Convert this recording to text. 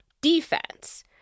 defense